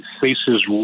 faces